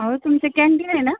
हो तुमचं कॅंटीन आहे ना